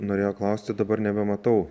norėjo klausti dabar nebematau